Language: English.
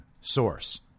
source